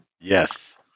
Yes